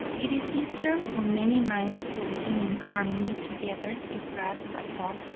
it is easier for many minds working in harmony together to grasp a thought,